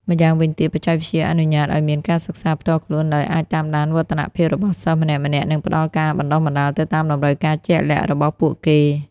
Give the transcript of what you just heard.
ម្យ៉ាងវិញទៀត បច្ចេកវិទ្យាអនុញ្ញាតឱ្យមាន ការសិក្សាផ្ទាល់ខ្លួន ដោយអាចតាមដានវឌ្ឍនភាពរបស់សិស្សម្នាក់ៗ និងផ្តល់ការបណ្តុះបណ្តាលទៅតាមតម្រូវការជាក់លាក់របស់ពួកគេ។